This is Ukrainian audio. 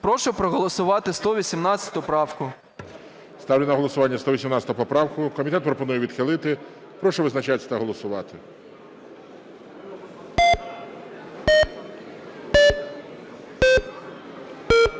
Прошу проголосувати 118 правку. ГОЛОВУЮЧИЙ. Ставлю на голосування 118 поправку. Комітет пропонує відхилити. Прошу визначатись та голосувати.